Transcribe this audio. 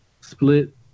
Split